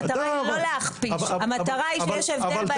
המטרה היא לא להכפיש, המטרה היא שיש הבדל בהסגרים.